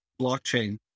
blockchain